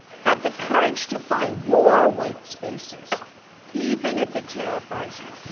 have the courage to find your white spaces even if it terrifies you.